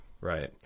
Right